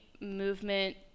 movement